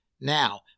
Now